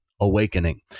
awakening